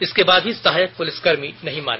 इसके बाद भी सहायक पुलिसकर्मी नहीं माने